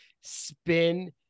spin